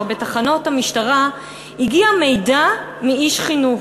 בתחנות המשטרה הגיע מידע מאיש חינוך,